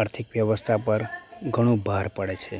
આર્થિક વ્યવસ્થા પર ઘણું ભાર પડે છે